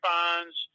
Bonds